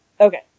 Okay